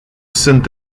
sunt